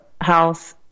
house